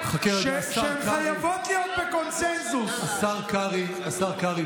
חכה רגע, השר קרעי.